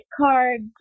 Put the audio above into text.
cards